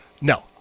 No